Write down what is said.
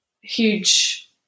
huge